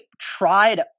tried